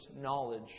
knowledge